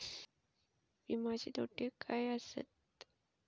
विमाचे तोटे काय आसत?